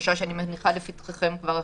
בקשה שאני מניחה לפתחכם כבר עכשיו.